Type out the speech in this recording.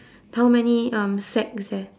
how many um sack is there